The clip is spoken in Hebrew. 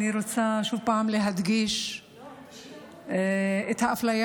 אני רוצה עוד פעם להדגיש את האפליה